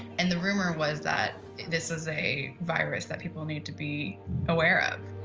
and the rumor was that this is a virus that people need to be aware of.